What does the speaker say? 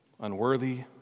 unworthy